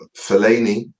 Fellaini